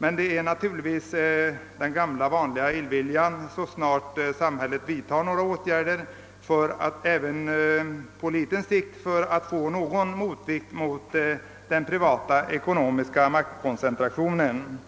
Men denna kritik är naturligtvis ett utslag av den gamla vanliga illviljan, som alltid kommer till uttryck när samhället vidtar åtgärder för att skapa någon motvikt mot den privata ekonomiska maktkoncentrationen.